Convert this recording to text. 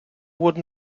would